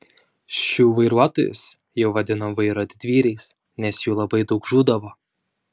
šių vairuotojus jau vadino vairo didvyriais nes jų labai daug žūdavo